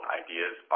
ideas